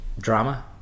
Drama